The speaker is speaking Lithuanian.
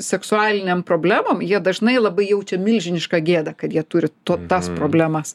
seksualiniam problemom jie dažnai labai jaučia milžinišką gėdą kad jie turi tas problemas